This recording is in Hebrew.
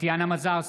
טטיאנה מזרסקי,